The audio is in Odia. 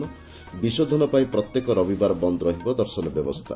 ବିଶୋଧନ ପାଇଁ ପ୍ରତ୍ୟେକ ରବିବାର ବନ୍ଦ୍ ରହିବ ଦର୍ଶନ ବ୍ୟବସ୍ସା